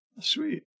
Sweet